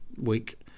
week